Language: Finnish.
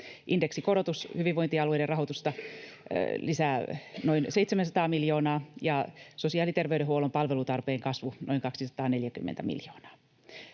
Indeksikorotus lisää hyvinvointialueiden rahoitusta noin 700 miljoonaa ja sosiaali- terveydenhuollon palvelutarpeen kasvu noin 240 miljoonaa.